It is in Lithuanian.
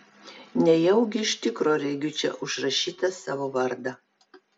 nejaugi iš tikro regiu čia užrašytą savo vardą